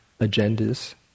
agendas